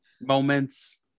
moments